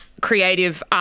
creative